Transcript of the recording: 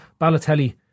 Balotelli